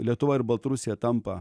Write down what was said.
lietuva ir baltarusija tampa